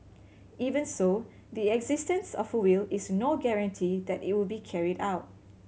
even so the existence of a will is no guarantee that it will be carried out